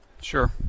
Sure